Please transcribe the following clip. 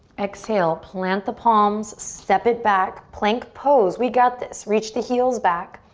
exhale, plant the palms, step it back. plank pose, we got this. reach the heels back.